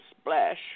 splash